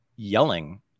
yelling